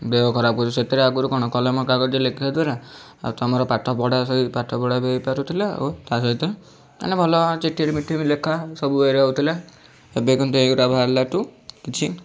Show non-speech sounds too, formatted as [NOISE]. ଦେହ ଖରାପ ହେଉଛି ସେଥିରେ ଆଗୁରୁ କ'ଣ କଲମ କାଗଜରେ ଲେଖିବା ଦ୍ଵାରା ଆଉ ତମର ପାଠପଢ଼ା ସହି ପାଠପଢ଼ା ବି ହେଇପାରୁଥିଲା ଓ ତା'ସହିତ ମାନେ ଭଲ ଚିଠିର [UNINTELLIGIBLE] ବି ଲେଖା ସବୁ ଇଆରେ ହଉଥିଲା ଏବେ କିନ୍ତୁ ଏଇଗୁଡ଼ା ବାହାରିଲା ଠୁ କିଛି